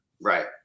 Right